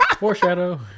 Foreshadow